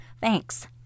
Thanks